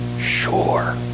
sure